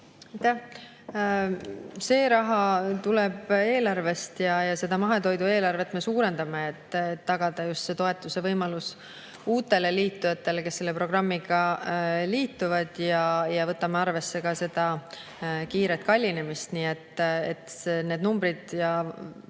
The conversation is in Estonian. See raha tuleb eelarvest ja mahetoidu eelarvet me suurendame, et tagada just toetuse võimalus uutele, kes selle programmiga liituvad. Võtame arvesse ka kiiret kallinemist. Need numbrid ja